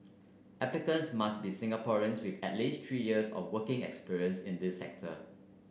applicants must be Singaporeans with at least three years of working experience in the sector